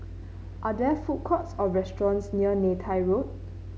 are there food courts or restaurants near Neythai Road